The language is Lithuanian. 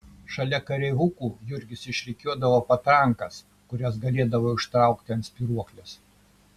šalia kareivukų jurgis išrikiuodavo patrankas kurias galėdavai užtraukti ant spyruoklės